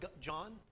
john